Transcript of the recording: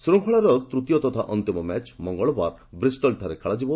ଶୃଙ୍ଖଳାର ତୂତୀୟ ତଥା ଅନ୍ତିମ ମ୍ୟାଚ୍ ମଙ୍ଗଳବାର ବ୍ରିଷ୍ଟଲ୍ରେ ଖେଳାଯିବ